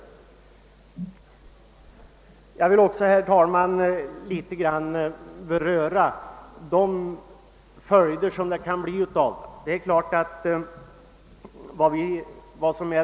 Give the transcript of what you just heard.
Sedan vill jag också säga något om vad det kan bli för följder av att starta ett företag av detta slag.